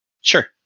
Sure